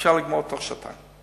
אפשר לגמור בתוך שעתיים.